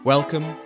Welcome